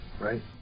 right